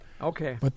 Okay